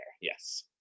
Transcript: yes